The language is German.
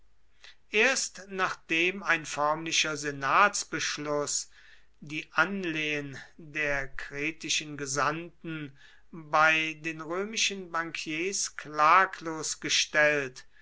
erst nachdem ein förmlicher senatsbeschluß die anlehen der kretischen gesandten bei den römischen bankiers klaglos gestellt